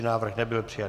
Návrh nebyl přijat.